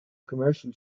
commercial